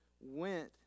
went